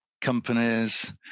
companies